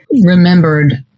remembered